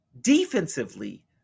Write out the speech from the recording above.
Defensively